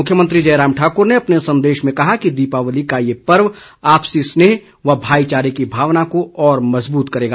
मुख्यमंत्री जयराम ठाकर ने अपने संदेश में कहा कि दीपावली का ये पर्व आपसी स्नेह व भाईचारे की भावना को और मज़बूत करेगा